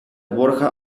borja